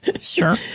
sure